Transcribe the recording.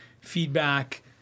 feedback